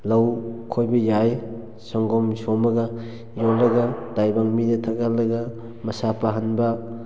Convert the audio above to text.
ꯂꯧ ꯈꯣꯏꯕ ꯌꯥꯏ ꯁꯪꯒꯣꯝ ꯁꯨꯝꯂꯒ ꯌꯣꯜꯂꯒ ꯇꯥꯏꯕꯪ ꯃꯤꯗ ꯊꯛꯍꯜꯂꯒ ꯃꯁꯥ ꯄꯥꯍꯟꯕ